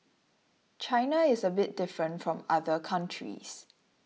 China is a bit different from other countries